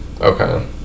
Okay